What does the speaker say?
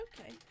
okay